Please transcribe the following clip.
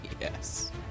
yes